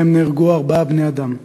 ובהן נהרגו ארבעה בני-אדם.